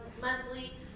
monthly